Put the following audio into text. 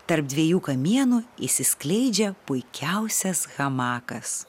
tarp dviejų kamienų išsiskleidžia puikiausias hamakas